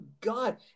God